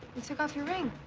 you took off your ring.